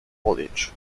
foliage